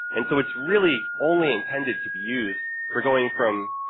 and, so, it's really only intended to be used for going from,